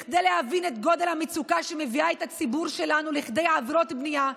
כדי להבין את גודל המצוקה שמביאה את הציבור שלנו לכדי עבירות בנייה,